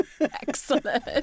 Excellent